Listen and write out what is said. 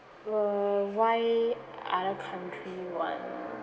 uh why other country [one]